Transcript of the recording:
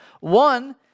One